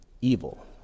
evil